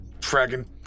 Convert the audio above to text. dragon